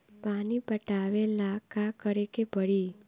पानी पटावेला का करे के परी?